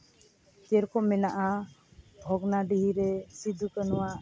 ᱥᱮᱨᱚᱠᱚᱢ ᱢᱮᱱᱟᱜᱼᱟ ᱵᱷᱚᱜᱽᱱᱟᱰᱤᱦᱤ ᱨᱮ ᱥᱤᱫᱩᱼᱠᱟᱹᱱᱩᱣᱟᱜ